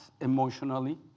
emotionally